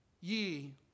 ye